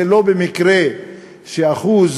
זה לא מקרה שאחוז